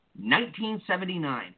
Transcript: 1979